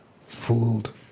fooled